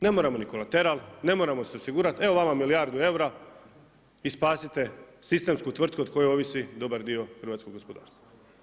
Ne moramo ni kolateral, ne moramo se osigurati, evo vama milijardu eura i spasite sistemsku tvrtku od kojeg ovisi dobar dio hrvatskog gospodarstva.